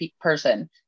person